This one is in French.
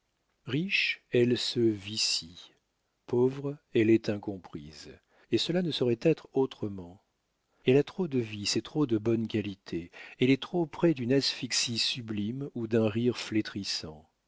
riche elle se vicie pauvre elle est incomprise et cela ne saurait être autrement elle a trop de vices et trop de bonnes qualités elle est trop près d'une asphyxie sublime ou d'un rire flétrissant